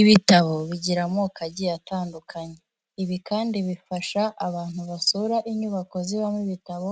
Ibitabo bigira amoko agiye atandukanye. Ibi kandi bifasha abantu basura inyubako zibamo ibitabo,